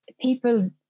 people